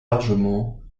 largement